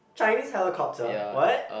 Chinese helicopter what